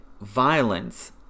violence